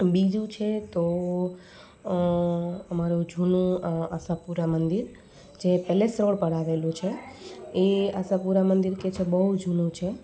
બીજું છે તો અમારું જૂનું આશાપુરા મંદિર જે પેલેસ રોડ પર આવેલું છે એ આશાપુરા મંદિર કે જે બહુ જૂનું છે